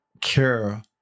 care